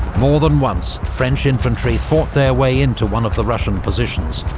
more than once, french infantry fought their way into one of the russian positions,